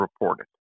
reported